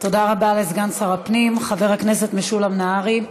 תודה רבה לסגן שר הפנים חבר הכנסת משולם נהרי.